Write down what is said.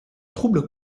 troubles